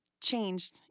changed